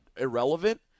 irrelevant